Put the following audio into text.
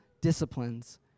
disciplines